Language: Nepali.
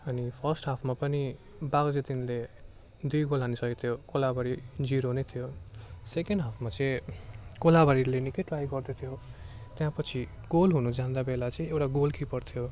अनि फर्स्ट हाफमा पनि बाघाजोतिनले दुई गोल हानिसकेथ्यो कोलाबारी जिरो नै थियो सेकेन्ड हाफमा चाहिँ कोलाबारीले निकै ट्राई गर्दै थियो त्यसपछि गोल हुन जाँदा बेला चाहिँ एउटा गोलकिपर थियो